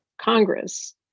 Congress